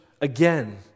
again